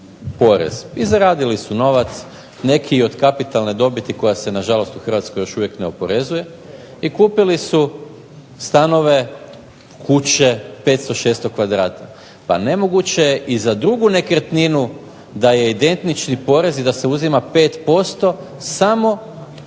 i zaradili su novac, neki od kapitale dobiti koja se nažalost u Hrvatskoj još uvijek ne oporezuje i kupili su stanove, kuće 500, 600 kvadrata. Pa nemoguće je i za drugu nekretninu da je identični porez i da se uzima 5% samo